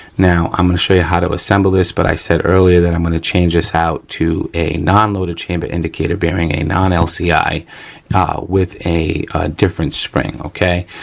now, i'm gonna show you how to assemble this but i said earlier that i'm gonna change this out to a nonloaded chamber indicator bearing, a non lci ah with a different spring, okay.